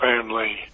family